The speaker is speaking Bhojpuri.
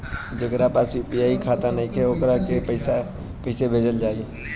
जेकरा पास यू.पी.आई खाता नाईखे वोकरा के पईसा कईसे भेजब?